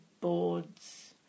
boards